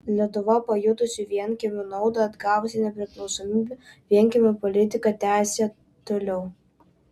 lietuva pajutusi vienkiemių naudą atgavusi nepriklausomybę vienkiemių politiką tęsė toliau